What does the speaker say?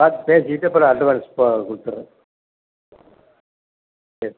பார்த்து பேசிவிட்டு அப்புறம் அட்வான்ஸ் அப்போ கொடுத்துர்றேன் சரி